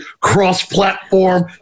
cross-platform